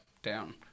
down